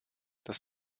das